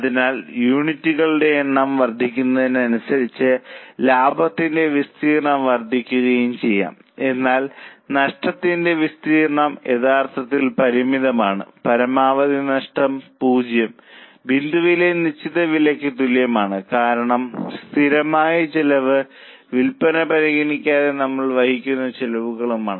അതിനാൽ യൂണിറ്റുകളുടെ എണ്ണം വർദ്ധിക്കുന്നതിനനുസരിച്ച് ലാഭത്തിന്റെ വിസ്തീർണ്ണം വർദ്ധിക്കുകയും ചെയ്യാം എന്നാൽ നഷ്ടത്തിന്റെ വിസ്തീർണ്ണം യഥാർത്ഥത്തിൽ പരിമിതമാണ് പരമാവധി നഷ്ടം 0 ബിന്ദുവിലെ നിശ്ചിത വിലയ്ക്ക് തുല്യമാണ് കാരണം സ്ഥിരമായ ചെലവ് വിൽപന പരിഗണിക്കാതെ നമ്മൾ വഹിക്കുന്ന ചെലവുകളാണ്